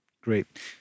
Great